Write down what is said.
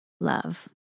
love